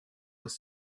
was